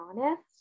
honest